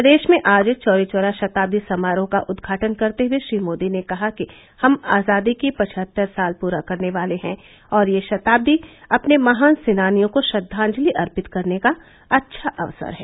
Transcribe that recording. प्रदेश में आज चौरी चौरा शताब्दी समारोह का उद्घाटन करते हुए श्री मोदी ने कहा कि हम आजादी के पचहत्तर साल पूरा करने वाले हैं और यह शताब्दी अपने महान सेनानियों को श्रद्वांजलि अर्पित करने का अच्छा अवसर है